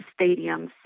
stadiums